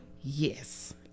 yes